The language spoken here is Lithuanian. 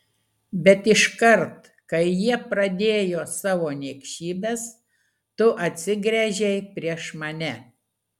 bet iškart kai jie pradėjo savo niekšybes tu atsigręžei prieš mane